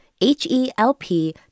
H-E-L-P